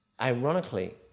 Ironically